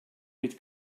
mit